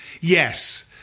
Yes